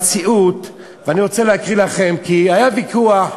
במציאות, אני רוצה להקריא לכם, כי היה ויכוח,